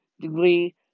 Degree